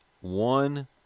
One